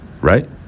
right